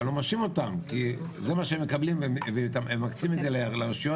ואני לא מאשים אותם כי זה מה שהם מקבלים והם מקצים את זה לרשויות,